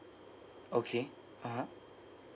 okay (uh huh)